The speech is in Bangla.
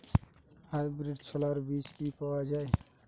হাইব্রিড ছোলার বীজ কি পাওয়া য়ায়?